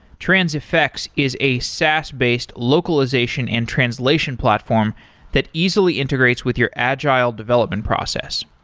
transifex is a saas based localization and translation platform that easily integrates with your agile development process.